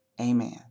Amen